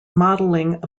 modeling